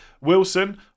Wilson